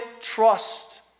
trust